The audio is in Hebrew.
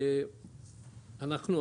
אנחנו,